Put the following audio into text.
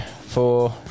four